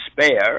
despair